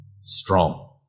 strong